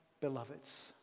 beloveds